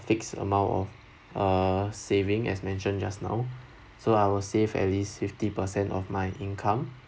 fixed amount of uh saving as mentioned just now so I will save at least fifty percent of my income